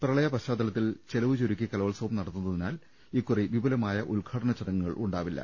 പ്രകളയ പശ്ചാത്തലത്തിൽ ചെലവുചുരുക്കി കലോത്സവം നടത്തുന്നതിനാൽ വ ഇക്കുറി വിപുലമായ ഉദ്ഘാടന ചടങ്ങുകളുണ്ടാവില്ല